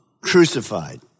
crucified